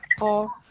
paul.